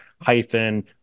hyphen